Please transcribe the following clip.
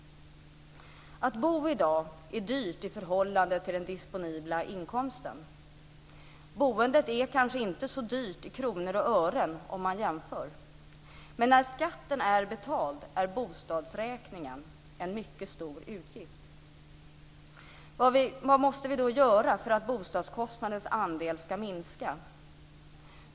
Att bo är i dag dyrt i förhållande till den disponibla inkomsten. Boendet är kanske inte så dyrt i kronor och ören, men när skatten är betald är bostadsräkningen en mycket stor utgift. Vad måste vi då göra för att bostadskostnadens andel ska minska?